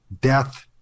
death